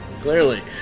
Clearly